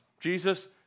Jesus